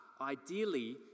ideally